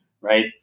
right